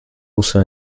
also